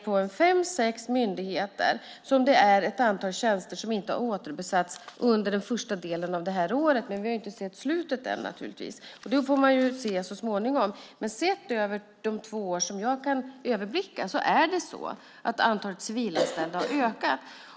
På fem sex myndigheter finns ett antal tjänster som inte återbesatts under den första delen av detta år, men vi har ju inte sett slutet på det ännu. Det får vi se så småningom. Sett över de två år som jag kan överblicka har antalet civilanställda ökat.